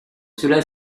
cela